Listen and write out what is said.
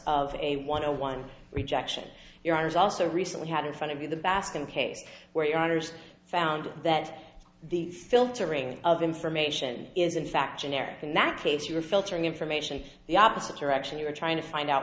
of a want to one rejection your honour's also recently had in front of you the basket case where your honour's found that the filtering of information is in fact generic in that case you're filtering information the opposite direction you're trying to find out